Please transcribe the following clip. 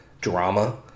drama